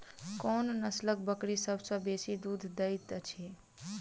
कोन नसलक बकरी सबसँ बेसी दूध देइत अछि?